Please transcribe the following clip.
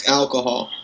alcohol